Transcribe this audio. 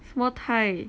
什么 thigh